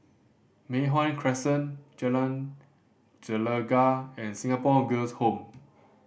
Mei Hwan Crescent Jalan Gelegar and Singapore Girls' Home